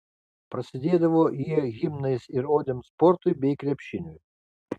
prasidėdavo jie himnais ir odėm sportui bei krepšiniui